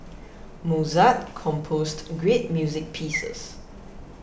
Mozart composed great music pieces